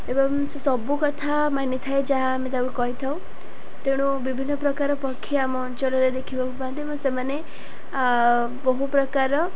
ଏବଂ ସେ ସବୁ କଥା ମାନିଥାଏ ଯାହା ଆମେ ତାକୁ କହିଥାଉ ତେଣୁ ବିଭିନ୍ନ ପ୍ରକାର ପକ୍ଷୀ ଆମ ଅଞ୍ଚଳରେ ଦେଖିବାକୁ ପାଆନ୍ତି ଏବଂ ସେମାନେ ବହୁ ପ୍ରକାର